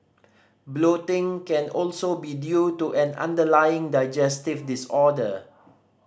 bloating can also be due to an underlying digestive disorder